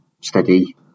steady